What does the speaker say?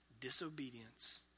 disobedience